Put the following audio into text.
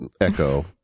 echo